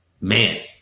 Man